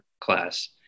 class